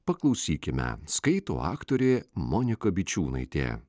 paklausykime skaito aktorė monika bičiūnaitė